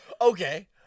Okay